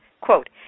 quote